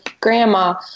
grandma